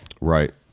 Right